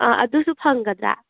ꯑꯥ ꯑꯗꯨꯁꯨ ꯐꯪꯒꯗ꯭ꯔꯥ